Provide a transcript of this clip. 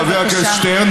חבר הכנסת שטרן,